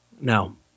No